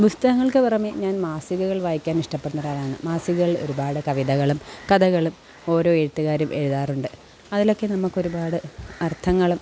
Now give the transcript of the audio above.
പുസ്തകങ്ങൾക്ക് പുറമെ ഞാൻ മാസികകൾ വായിക്കാൻ ഇഷ്ടപ്പെടുന്ന ഒരാളാണ് മാസികകൾ ഒരുപാട് കവിതകളും കഥകളും ഓരോ എഴുത്തുകാരും എഴുതാറുണ്ട് അതിലൊക്കെ നമുക്ക് ഒരുപാട് അർത്ഥങ്ങളും